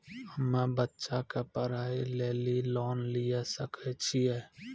हम्मे बच्चा के पढ़ाई लेली लोन लिये सकय छियै?